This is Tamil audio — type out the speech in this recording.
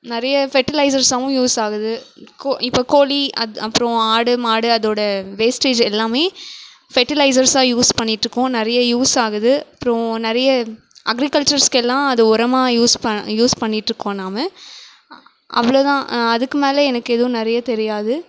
நிறைய ஃபெட்டிலைசர்ஸாகவும் யூஸ் ஆகுது இப்போ கோழி அப்றம் ஆடு மாடு அதோட வேஸ்டேஜ் எல்லாம் ஃபெட்டிலைசர்ஸாக யூஸ் பண்ணிகிட்ருக்கோம் நிறைய யூஸ் ஆகுது அப்றம் நிறைய அக்ரிகல்ச்சர்ஸுக்கெல்லாம் அது ஓரமாக யூஸ் யூஸ் பண்ணிகிட்ருக்கோம் நாம் அவ்வளோதான் அதுக்கு மேலே எனக்கு எதுவும் நிறைய தெரியாது